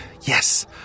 Yes